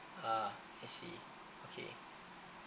ah I see okay